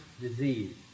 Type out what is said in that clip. disease